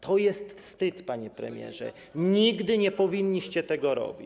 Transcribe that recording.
To jest wstyd, panie premierze, nigdy nie powinniście tego robić.